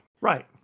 Right